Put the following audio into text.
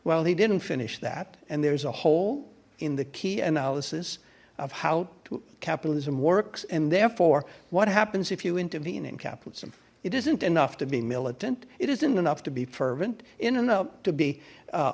well he didn't finish that and there's a hole in the key analysis of how capitalism works and therefore what happens if you intervene in capitalism it isn't enough to be militant it isn't enough to be fervent in and out to be